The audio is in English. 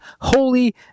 holy